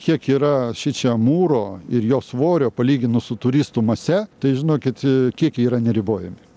kiek yra šičia mūro ir jo svorio palyginus su turistų mase tai žinokit kiekiai yra neribojami